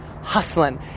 hustling